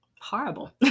horrible